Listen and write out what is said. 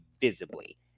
visibly